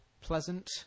pleasant